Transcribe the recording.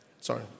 sorry